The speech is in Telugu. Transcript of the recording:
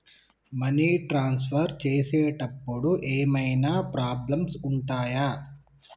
మనీ ట్రాన్స్ఫర్ చేసేటప్పుడు ఏమైనా ప్రాబ్లమ్స్ ఉంటయా?